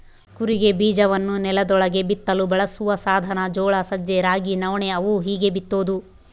ಕೂರಿಗೆ ಬೀಜವನ್ನು ನೆಲದೊಳಗೆ ಬಿತ್ತಲು ಬಳಸುವ ಸಾಧನ ಜೋಳ ಸಜ್ಜೆ ರಾಗಿ ನವಣೆ ಅವು ಹೀಗೇ ಬಿತ್ತೋದು